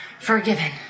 forgiven